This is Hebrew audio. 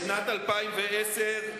לשנת 2010,